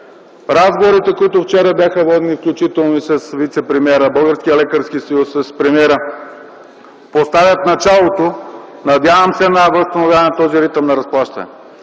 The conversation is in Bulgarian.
Разговорите, които вчера бяха водени, включително и с вицепремиера, с Българския лекарски съюз и премиера, поставят началото на възстановяването на този ритъм на разплащане,